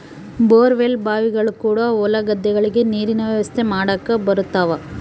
bore well ಬಾವಿಗಳು ಕೂಡ ಹೊಲ ಗದ್ದೆಗಳಿಗೆ ನೀರಿನ ವ್ಯವಸ್ಥೆ ಮಾಡಕ ಬರುತವ